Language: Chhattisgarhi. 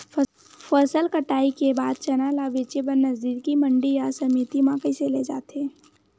फसल कटाई के बाद चना ला बेचे बर नजदीकी मंडी या समिति मा कइसे ले जाथे?